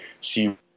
see